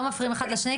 לא מפריעים אחד לשני,